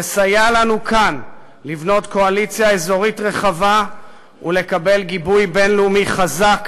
לסייע לנו כאן לבנות קואליציה אזורית רחבה ולקבל גיבוי בין-לאומי חזק,